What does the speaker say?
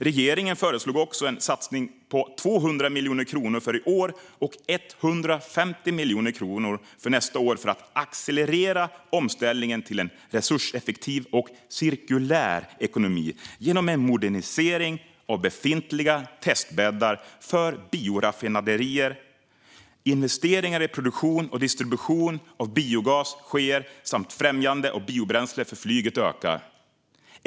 Regeringen föreslog också en satsning på 200 miljoner kronor för i år och 150 miljoner kronor för nästa år för att accelerera omställningen till en resurseffektiv och cirkulär ekonomi genom en modernisering av befintliga testbäddar för bioraffinaderier. Investeringar i produktion och distribution av biogas sker, och främjandet av biobränsle för flyget ökar.